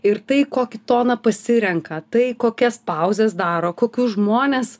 ir tai kokį toną pasirenka tai kokias pauzes daro kokius žmones